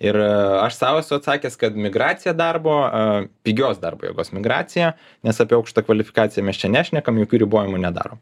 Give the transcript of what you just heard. ir aš sau esu atsakęs kad migracija darbo a pigios darbo jėgos migracija nes apie aukštą kvalifikaciją mes čia nešnekam jokių ribojimų nedarom